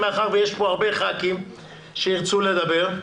מאחר שיש פה הרבה ח"כים שירצו לדבר,